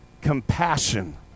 compassion